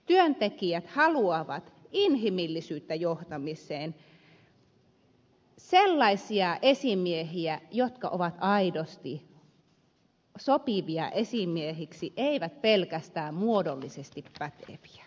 työntekijät haluavat inhimillisyyttä johtamiseen sellaisia esimiehiä jotka ovat aidosti sopivia esimiehiksi eivät pelkästään muodollisesti päteviä paperilla päteviä